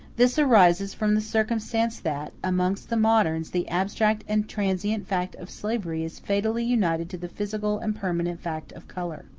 this arises from the circumstance that, amongst the moderns, the abstract and transient fact of slavery is fatally united to the physical and permanent fact of color.